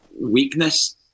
weakness